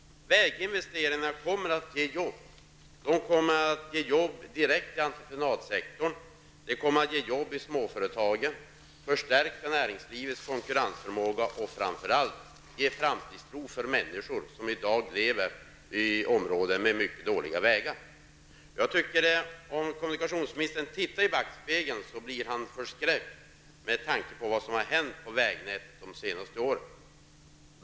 Verksinvesteringarna kommer att ge arbeten -- arbeten direkt till entreprenadsektorn och i småföretagen. Det kommer vidare att förstärka näringslivets konkurrensförmåga och framför allt ge framtidstro för människor som i dag lever i områden med mycket dåliga vägar. Om kommunikationsministern ser i backspegeln blir han förskräckt med tanke på vad som hänt med vägnätet under de senaste åren.